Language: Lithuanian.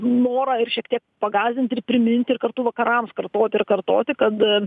norą ir šiek tiek pagąsdinti ir priminti ir kartu vakarams kartoti ir kartoti kad